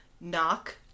Knock